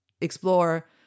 explore